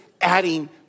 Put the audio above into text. adding